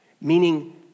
meaning